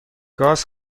گاز